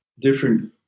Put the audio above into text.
different